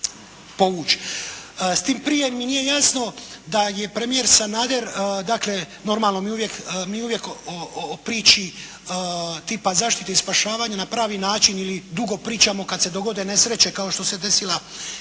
Tim prije mi nije jasno da je premijer Sanader, dakle normalno mi uvijek o priči tipa zaštite i spašavanja na pravi način ili dugo pričamo kad se dogode nesreće kao što se desila i